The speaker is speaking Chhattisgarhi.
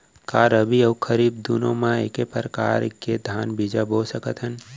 का रबि अऊ खरीफ दूनो मा एक्के प्रकार के धान बीजा बो सकत हन?